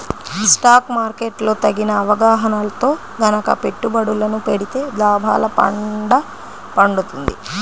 stock market లో తగిన అవగాహనతో గనక పెట్టుబడులను పెడితే లాభాల పండ పండుతుంది